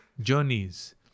journeys